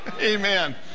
Amen